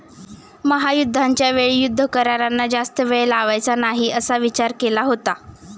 महायुद्धाच्या वेळी युद्ध करारांना जास्त वेळ लावायचा नाही असा विचार केला होता